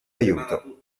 aiuto